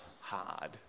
hard